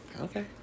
Okay